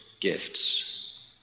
gifts